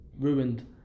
Ruined